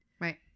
Right